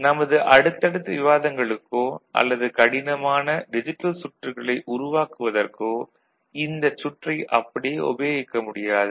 நமது அடுத்தடுத்த விவாதங்களுக்கோ அல்லது கடினமான டிஜிட்டல் சுற்றுகளை உருவாக்குவதற்கோ இந்தச் சுற்றை அப்படியே உபயோகிக்க முடியாது